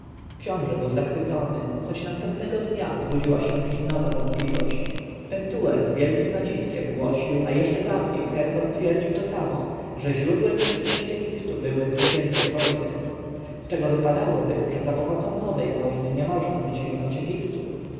książę był zachwycony choć następnego dnia zbudziła się w nim nowa wątpliwość pentuer z wielkim naciskiem głosił a jeszcze dawniej herhor twierdził to samo że źródłem nieszczęść egiptu były zwycięskie wojny z czego wypadałoby że zapomocą nowej wojny nie można podźwignąć egiptu